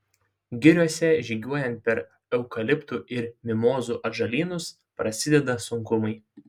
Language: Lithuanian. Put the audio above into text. giriose žygiuojant per eukaliptų ir mimozų atžalynus prasideda sunkumai